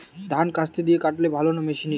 ধান কাস্তে দিয়ে কাটলে ভালো না মেশিনে?